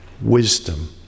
wisdom